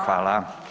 Hvala.